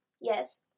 Yes